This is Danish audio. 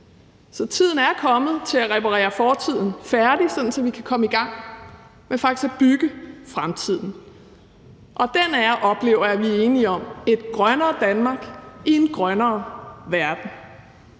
så tiden er kommet til at reparere fortiden færdig, sådan at vi kan komme i gang med faktisk at bygge fremtiden, og den er, oplever jeg vi er enige om, et grønnere Danmark i en grønnere verden.